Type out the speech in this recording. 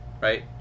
right